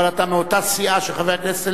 אבל אתה מאותה סיעה של חבר הכנסת אלדד,